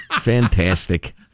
Fantastic